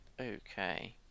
Okay